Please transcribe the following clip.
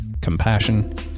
compassion